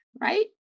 right